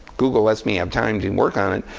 google lets me have time to work on it.